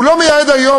הוא לא מייעד היום,